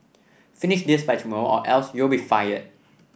finish this by tomorrow or else you'll be fired